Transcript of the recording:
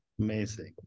Amazing